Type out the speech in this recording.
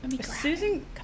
susan